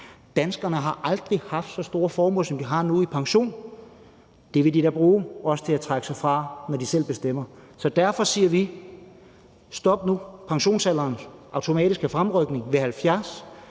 Danskerne har aldrig haft så store formuer, som de har nu i pension, og dem vil de da bruge, også til at trække sig tilbage, når de selv ønsker det. Derfor siger vi: Stop nu pensionsalderens automatiske fremrykning ved 70